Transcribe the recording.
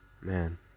Man